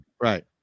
right